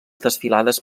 desfilades